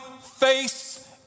face